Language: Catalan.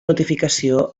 notificació